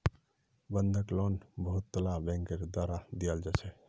बंधक लोन बहुतला बैंकेर द्वारा दियाल जा छे